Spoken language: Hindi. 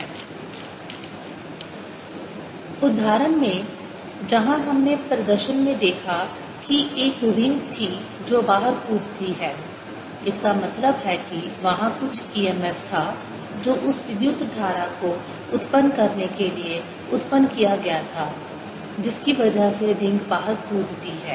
EMF ∂Brt∂tdsBddtds उदाहरण में जहां हमने प्रदर्शन में देखा कि एक रिंग थी जो बाहर कूदती है इसका मतलब है कि वहां कुछ EMF था जो उस विद्युत धारा को उत्पन्न करने के लिए उत्पन्न किया गया था जिसकी वजह से रिंग बाहर कूदती है